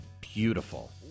Beautiful